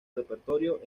repertorio